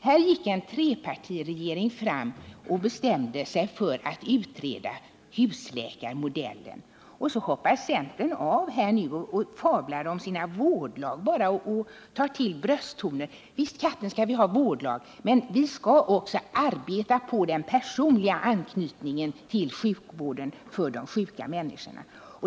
Här gick en trepartiregering enigt fram och bestämde sig för att utreda husläkarmodellen, men så hoppar centern av och fablar om sina vårdlag och tar till djupa brösttoner. Visst skall vi ha vårdlag, men vi skall ju också arbeta för den personliga och individuella anknytningen till sjukvården!